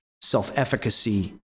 self-efficacy